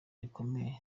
rikomeye